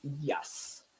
Yes